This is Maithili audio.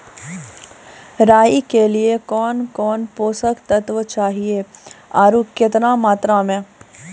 राई के लिए कौन कौन पोसक तत्व चाहिए आरु केतना मात्रा मे?